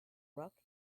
rock